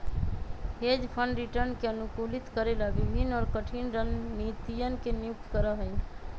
hedge fund return के अनुकूलित करे ला विभिन्न और कठिन रणनीतियन के नियुक्त करा हई